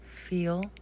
feel